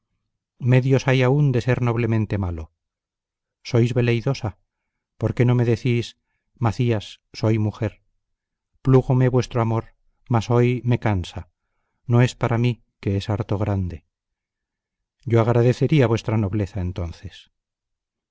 medios hay aún de ser noblemente malo sois veleidosa por qué no me decís macías soy mujer plugóme vuestro amor mas hoy me cansa no es para mí que es harto grande yo agradecería vuestra nobleza entonces